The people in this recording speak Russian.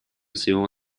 своего